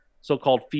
so-called